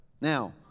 Now